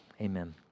Amen